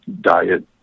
diet